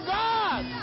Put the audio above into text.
god